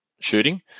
shooting